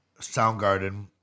Soundgarden